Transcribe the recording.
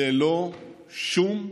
ללא שום תנאי,